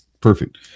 Perfect